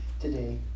today